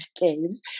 games